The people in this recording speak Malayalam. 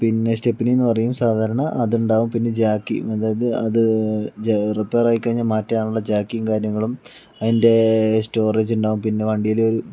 പിന്നെ സ്റ്റെപ്പിനി എന്ന് പറയും സാധാരണ അത് ഉണ്ടാകും പിന്നെ ജാക്കി അതായത് അത് റിപ്പയറായി കഴിഞ്ഞാൽ മാറ്റാൻ ഉള്ള ജാക്കീം കാര്യങ്ങളും അതിൻ്റെ സ്റ്റോറേജ് ഉണ്ടാകും പിന്നെ വണ്ടിൽ